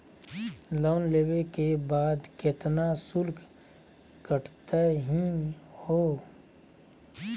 Loan लेवे के बाद केतना शुल्क कटतही हो?